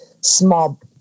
small